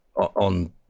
on